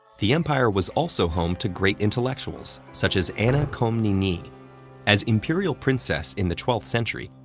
the empire was also home to great intellectuals such as anna komnene. as imperial princess in the twelfth century,